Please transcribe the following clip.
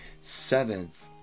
Seventh